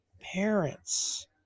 parents